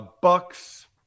Bucks